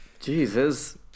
Jesus